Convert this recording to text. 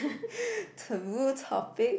taboo topic